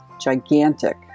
gigantic